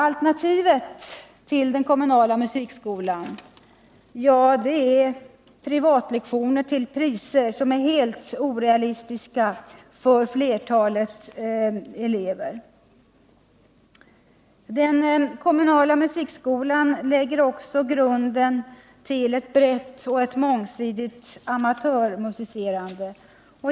Alternativet till den kommunala musikskolan är privatlektioner till priser som är helt orealistiska för flertalet elever. Den kommunala musikskolan lägger också grunden till ett brett och mångsidigt amatörmusicerande.